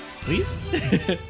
Please